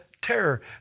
terror